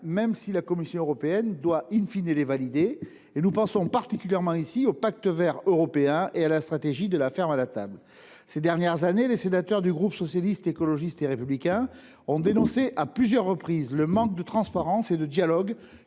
même si la Commission européenne doit les valider. Nous pensons tout particulièrement au Pacte vert européen et à la stratégie « de la ferme à la table ». Au cours des dernières années, les sénateurs du groupe Socialiste, Écologiste et Républicain ont dénoncé à plusieurs reprises le manque de transparence et de dialogue